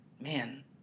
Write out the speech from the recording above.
Man